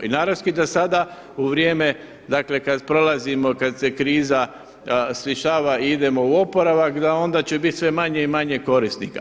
I naravno da sada u vrijeme dakle kada prolazimo, kada se kriza stišava i idemo u oporavak da onda će biti sve manje i manje korisnika.